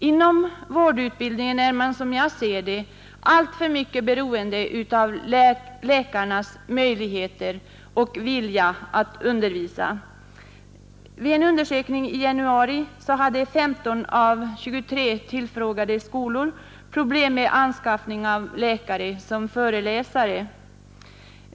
Inom vårdutbildningen är man, som jag ser det, alltför mycket beroende av läkarnas möjligheter och vilja att undervisa. Vid en undersökning i januari hade 15 av 23 tillfrågade skolor problem med anskaffning av läkare som föreläsare.